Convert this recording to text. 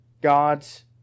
God's